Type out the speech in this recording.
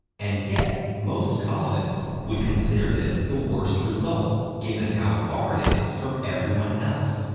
and yet, most colonists would consider this the worst result, given how far it is from everyone else.